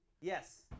Yes